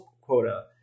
quota